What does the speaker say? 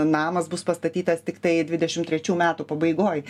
namas bus pastatytas tiktai dvidešimt trečių metų pabaigoj